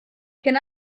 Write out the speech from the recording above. can